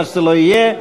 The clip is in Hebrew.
מה שזה לא יהיה,